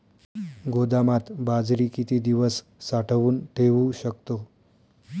गोदामात बाजरी किती दिवस साठवून ठेवू शकतो?